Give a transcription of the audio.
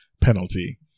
penalty